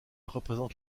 représente